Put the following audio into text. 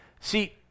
See